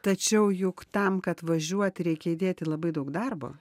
tačiau juk tam kad važiuoti reikia įdėti labai daug darbo